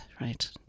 right